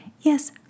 Yes